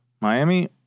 Miami